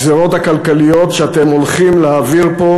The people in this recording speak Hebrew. הגזירות הכלכליות שאתם הולכים להעביר פה,